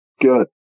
Good